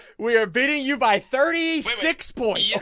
we are bidding you by thirty six points, yeah